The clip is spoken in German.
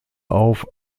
auf